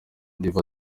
niba